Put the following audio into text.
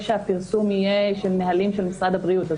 שהפרסום יהיה נהלים של משרד הבריאות.